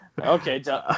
Okay